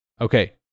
Okay